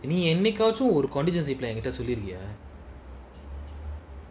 நீஎன்னைக்காச்சும்ஒரு:nee ennaikachum oru contingency plan என்கிட்டசொல்லிருக்கியா:enkitta sollirukia